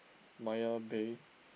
Maya-Bay